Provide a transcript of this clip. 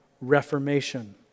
reformation